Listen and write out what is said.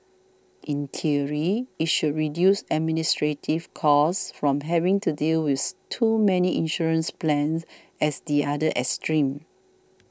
in theory it should reduce administrative costs from having to deal with too many insurance plans as the other extreme